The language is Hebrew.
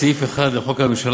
סעיף 1 לחוק הממשלה,